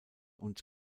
und